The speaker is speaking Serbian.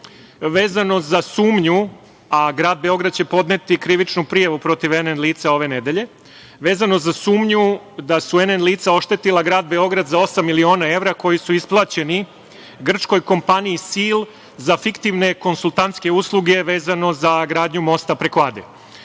vezano za sumnju, a grad Beograd će podneti krivičnu prijavu protiv n. n. lica ove nedelje, vezano za sumnju da su n. n. lica oštetila grad Beograd za osam miliona evra koji su isplaćeni grčkoj kompaniji „Sil“ za fiktivne konsultantske usluge vezano za gradnju mosta preko